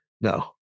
No